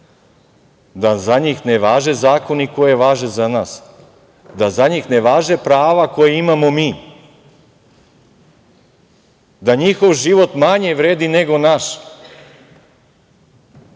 da za njih ne važe zakoni koji važe za nas, da za njih ne važe prava koja imamo mi, da njihov život manje vredi nego naš.